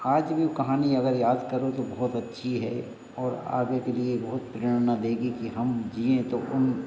आज भी वह कहानी अगर याद करो तो बहुत अच्छी है और आगे के लिए बहुत प्रेरणा देगी कि हम जिए तो उन